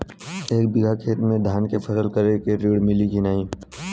एक बिघा खेत मे धान के फसल करे के ऋण मिली की नाही?